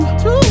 two